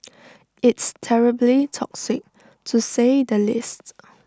it's terribly toxic to say the least